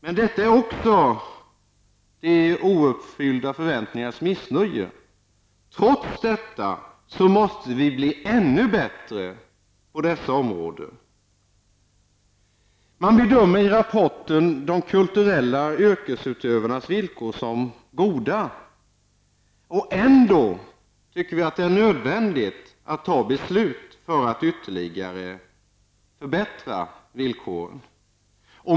Men detta är också de ouppfyllda förväntningarnas missnöje. Trots detta måste vi bli ännu bättre på dessa områden. Man bedömer i Europarådets rapport de kulturella yrkesutövarnas villkor som goda. Ändå tycker vi att det är nödvändigt att fatta beslut om att ytterligare förbättra villkoren.